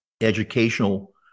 educational